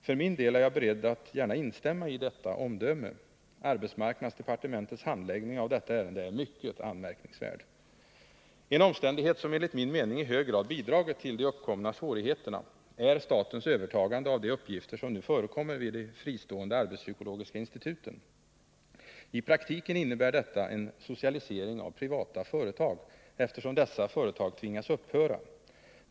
För min del är jag beredd att gärna instämma i det omdömet. Arbetsmarknadsdepartementets handläggning av detta ärende är mycket anmärkningsvärd. En omständighet som enligt min mening i hög grad bidragit till de uppkomna svårigheterna är statens övertagande av de uppgifter som nu förekommer vid de fristående arbetspsykologiska instituten. I praktiken innebär detta en socialisering av privata företag, eftersom dessa företag tvingas upphöra.